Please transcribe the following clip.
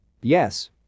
Yes